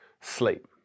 sleep